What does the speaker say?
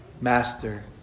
Master